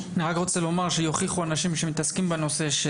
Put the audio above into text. אני רוצה לומר - ויוכיחו אנשים שמתעסקים בנושא - זה